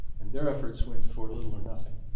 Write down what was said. and their efforts went for little or nothing.